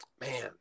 Man